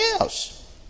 else